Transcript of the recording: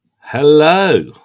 Hello